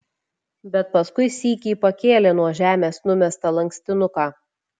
bet paskui sykį pakėlė nuo žemės numestą lankstinuką